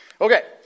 Okay